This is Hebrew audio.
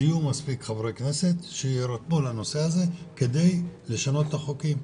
יהיו מספיק חברי כנסת שיירתמו לנושא הזה כדי לשנות את החוקים,